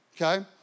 Okay